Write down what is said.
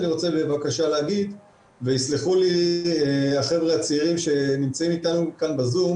ויסלחו לי החבר'ה הצעירים שנמצאים בזום,